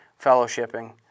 fellowshipping